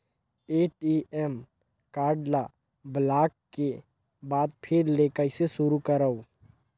ATM card ल block के बाद फिर ले कइसे शुरू करव?